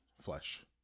flesh